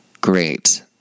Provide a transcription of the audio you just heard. great